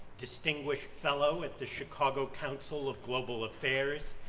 distinguished fellow at the chicago council of global affairs,